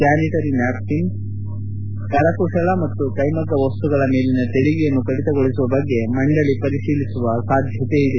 sanitary napkin ಕರಕುಶಲ ಮತ್ತು ಕೈಮಗ್ಗ ವಸ್ತುಗಳ ಮೇಲಿನ ತೆರಿಗೆಯನ್ನು ಕಡಿತಗೊಳಿಸುವ ಬಗ್ಗೆ ಮಂಡಳಿ ಪರಿಶೀಲಿಸುವ ಸಾಧ್ಯತೆಯಿದೆ